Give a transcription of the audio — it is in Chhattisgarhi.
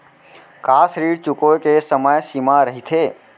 का ऋण चुकोय के समय सीमा रहिथे?